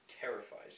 Terrifies